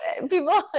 people